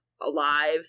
alive